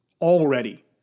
already